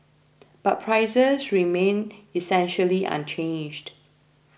but prices remained essentially unchanged